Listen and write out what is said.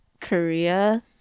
Korea